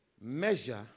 measure